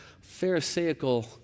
pharisaical